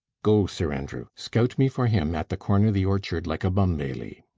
go, sir andrew scout me for him at the corner of the orchard, like a bum-baily.